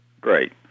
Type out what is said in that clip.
Great